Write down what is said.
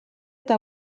eta